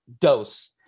dose